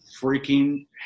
freaking